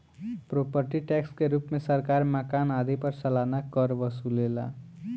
property tax के रूप में सरकार मकान आदि पर सालाना कर वसुलेला